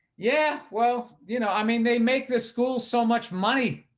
yeah. well, you know, i mean, they make this school so much money.